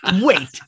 wait